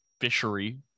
fishery